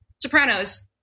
Sopranos